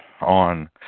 on